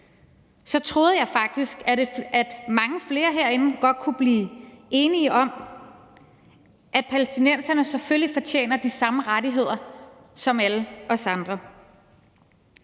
så troede jeg faktisk, at mange flere herinde godt kunne blive enige om, at palæstinenserne selvfølgelig fortjener de samme rettigheder som alle os andre.